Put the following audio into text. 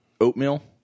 oatmeal